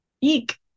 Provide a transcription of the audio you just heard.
eek